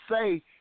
say